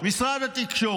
משרד התקשורת,